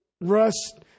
rust